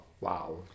wow